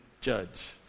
judge